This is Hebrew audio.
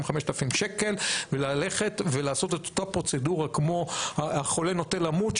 5,000 שקלים וללכת ולעשות את אותה פרוצדורה כמו החולה הנוטה למות,